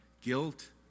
guilt